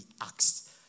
asked